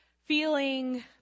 feeling